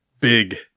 big